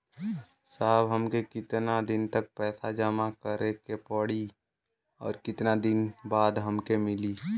साहब हमके कितना दिन तक पैसा जमा करे के पड़ी और कितना दिन बाद हमके मिली?